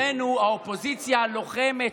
אז אצלנו האופוזיציה הלוחמת,